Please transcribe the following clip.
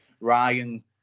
Ryan